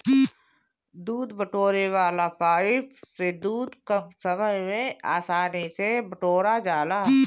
दूध बटोरे वाला पाइप से दूध कम समय में आसानी से बटोरा जाला